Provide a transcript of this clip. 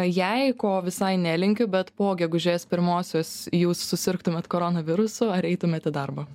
jei ko visai nelinkiu bet po gegužės pirmosios jūs susirgtumėt koronavirusu ar eitumėt į darbą